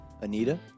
Anita